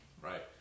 right